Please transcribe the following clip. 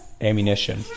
ammunition